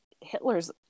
Hitler's